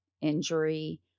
injury